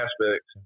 aspects